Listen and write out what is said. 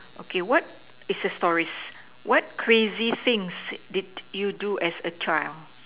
okay what is it's a story what crazy things did you do as a child